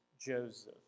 Joseph